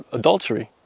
adultery